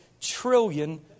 trillion